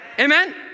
amen